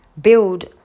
build